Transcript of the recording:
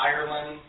Ireland